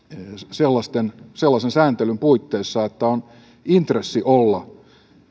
sellaisen sellaisen sääntelyn puitteissa että on intressi olla